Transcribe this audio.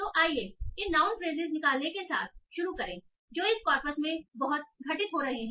तो आइए इन नाउन फ्रेसिस निकालने के साथ शुरू करें जो इस कॉर्पस में बहुत घटित हो रहे हैं